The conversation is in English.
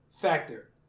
factor